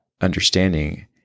understanding